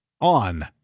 on